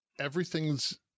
everything's